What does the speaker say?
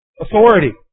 Authority